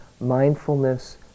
mindfulness